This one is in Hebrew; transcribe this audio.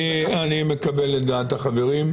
אני מקבל את דעת החברים.